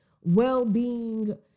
well-being